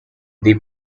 the